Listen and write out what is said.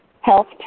Health